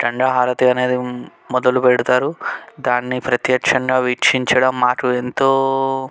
గంగా హారతి అనేది మొదలు పెడతారు దాన్ని ప్రత్యక్షంగా వీక్షించడం మాకు ఎంతో